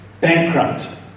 bankrupt